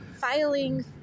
filing